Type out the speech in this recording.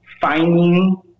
finding